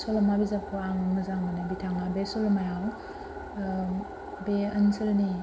सल'मा बिजाबखौ आं मोजां मोनो बिथाङा बे सलमायाव बे ओनसोलनि